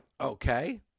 Okay